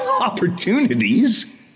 opportunities